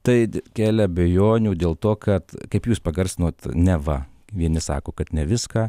tai kelia abejonių dėl to kad kaip jus pagarsinot neva vieni sako kad ne viską